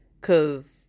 Cause